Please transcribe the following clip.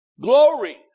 Glory